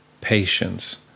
patience